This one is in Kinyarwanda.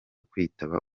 kwitaba